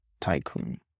Tycoon